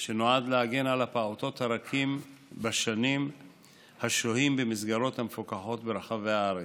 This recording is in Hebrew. שנועד להגן על הפעוטות הרכים בשנים השוהים במסגרות המפוקחות ברחבי הארץ.